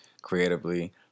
creatively